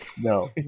no